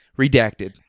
redacted